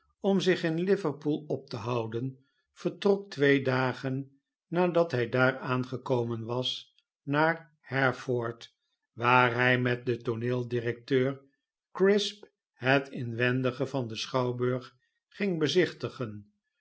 om zich in liverpool op te houden vertrok twee dagen nadat hij daar aangekomen was naar hereford waar hij met den tooneel directeur crisp het inwendige van den schouwburg ging bezichtigen